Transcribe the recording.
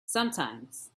sometimes